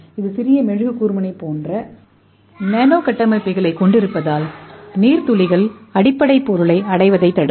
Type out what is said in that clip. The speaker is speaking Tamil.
இது சிறிய மெழுகு கூர்முனை போன்ற நானோ கட்டமைப்புகளைக் கொண்டிருப்பதால் நீர் துளிகள் அடிப்படை பொருளை அடைவதைத் தடுக்கும்